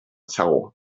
segur